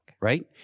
right